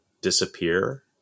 disappear